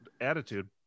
attitude